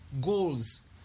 goals